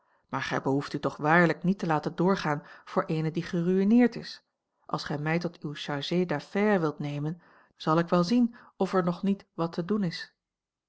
maar gij behoeft u toch waarlijk niet te laten doorgaan voor eene die geruïneerd is als gij mij tot uw a l g bosboom-toussaint langs een omweg chargé d'affaires wilt nemen zal ik wel zien of er nog niet wat te doen is